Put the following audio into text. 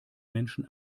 menschen